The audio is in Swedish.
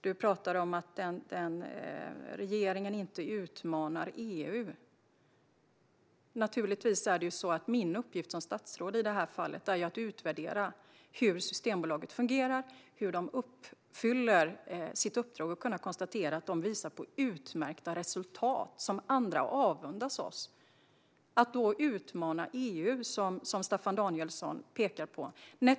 Du talar om att regeringen inte utmanar EU. Min uppgift som statsråd är i det här fallet att utvärdera hur Systembolaget fungerar och hur de uppfyller sitt uppdrag. Jag kan konstatera att de visar utmärkta resultat som andra avundas oss.